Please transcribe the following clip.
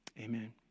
Amen